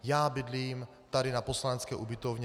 Já bydlím tady na poslanecké ubytovně.